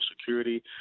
security